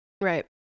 Right